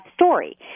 story